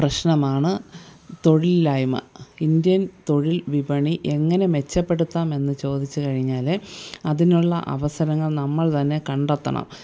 പ്രശ്നമാണ് തൊഴിലില്ലായ്മ ഇന്ത്യൻ തൊഴിൽ വിപണി എങ്ങനെ മെച്ചപ്പെടുത്താമെന്ന് ചോദിച്ചു കഴിഞ്ഞാല് അതിനുള്ള അവസരങ്ങൾ നമ്മൾ തന്നെ കണ്ടെത്തണം